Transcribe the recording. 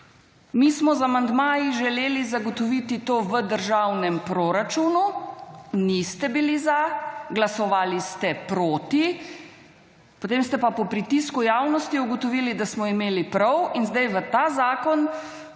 Mi smo z amandmaji želeli zagotoviti to v državnem proračunu, niste bili za, glasovali ste proti, potem ste pa po pritisku javnosti ugotovili, da smo imeli prav in sedaj v ta zakon